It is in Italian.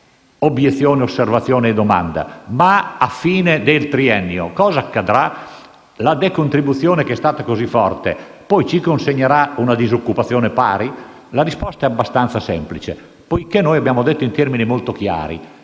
Obiezione, osservazione e domanda: ma a fine del triennio cosa accadrà? La decontribuzione, che è stata così forte, poi ci consegnerà una pari disoccupazione? La risposta è abbastanza semplice. Poiché abbiamo detto, in termini molto chiari,